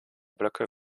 blöcke